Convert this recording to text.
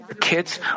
kids